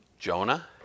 Jonah